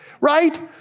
right